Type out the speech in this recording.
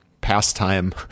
pastime